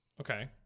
okay